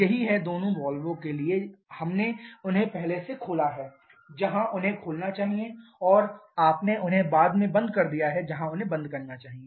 यही है दोनों वाल्वों के लिए हमने उन्हें पहले से खोला है जहां उन्हें खोलना चाहिए और आपने उन्हें बाद में बंद कर दिया है जहां उन्हें बंद करना चाहिए